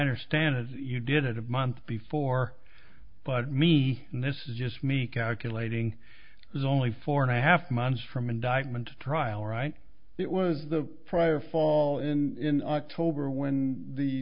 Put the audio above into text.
understand as you did it of months before but me and this is just me calculating is only four and a half months from indictment trial right it was the prior fall in october when the